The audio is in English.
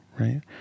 Right